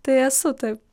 tai esu taip